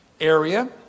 area